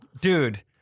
Dude